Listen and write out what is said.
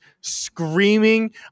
screaming